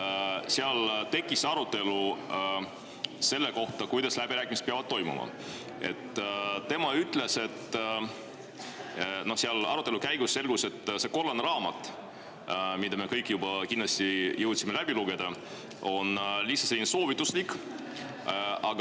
ja tekkis arutelu selle kohta, kuidas läbirääkimised peaksid toimuma. Tema ütles, et arutelu käigus selgus, et see kollane raamat, mille me kõik juba kindlasti jõudsime läbi lugeda, on lihtsalt soovituslik,